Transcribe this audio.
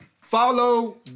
Follow